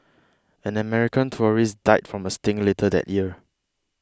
an American tourist died from a sting later that year